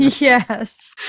Yes